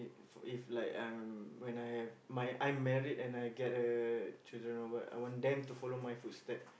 for if like I'm when I have my I'm married and I get uh children or what I want them to follow my footstep